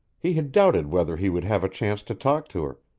he had doubted whether he would have a chance to talk to her,